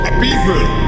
people